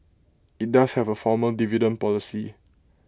IT does have A formal dividend policy